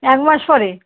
এক মাস পরে